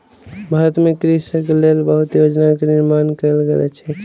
भारत में कृषकक लेल बहुत योजना के निर्माण कयल गेल अछि